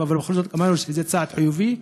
אבל בכל זאת אמרנו שזה צעד חיובי,